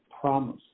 promise